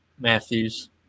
Matthews